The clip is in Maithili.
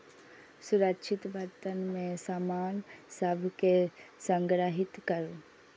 सुरक्षित बर्तन मे सामान सभ कें संग्रहीत करू